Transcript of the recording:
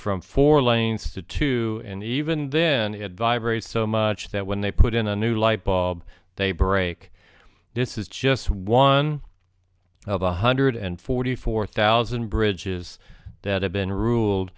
from four lanes to two and even then it vibrates so much that when they put in a new lightbulb they break this is just one of a hundred and forty four thousand bridges that have been ruled